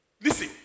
Listen